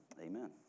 Amen